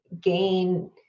gain